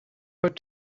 put